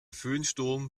föhnsturm